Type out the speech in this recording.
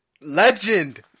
Legend